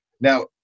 Now